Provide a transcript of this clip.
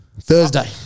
Thursday